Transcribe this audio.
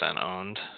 owned